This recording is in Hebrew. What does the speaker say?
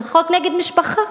זה חוק נגד משפחה,